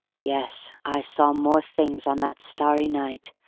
yes! i saw more things on that starry night,